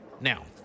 Now